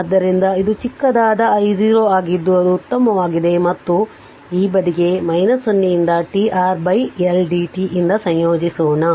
ಆದ್ದರಿಂದ ಇದು ಚಿಕ್ಕದಾದ I0 ಆಗಿದ್ದು ಅದು ಉತ್ತಮವಾಗಿದೆ ಮತ್ತು ಈ ಬದಿಗೆ 0 ರಿಂದ t R L dt ಯಿಂದ ಸಂಯೋಜಿಸೋಣ